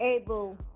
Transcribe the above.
able